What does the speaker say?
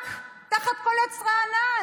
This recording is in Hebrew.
זעק תחת כל עץ רענן: